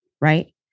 right